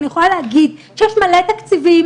אני יכולה להגיד שיש מלא תקציבים,